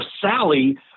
Sally